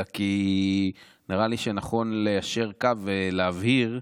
אלא כי נראה לי נכון ליישר קו ולהבהיר,